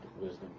wisdom